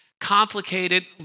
complicated